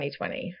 2020